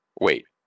Wait